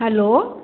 hello